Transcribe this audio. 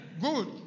Good